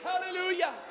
Hallelujah